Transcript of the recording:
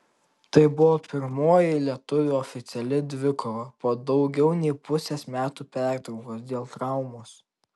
tai buvo pirmoji lietuvio oficiali dvikova po daugiau nei pusės metų pertraukos dėl traumos